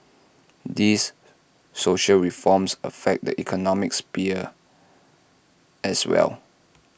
these social reforms affect the economic sphere as well